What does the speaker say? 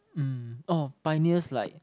um oh pioneers like